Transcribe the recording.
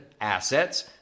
assets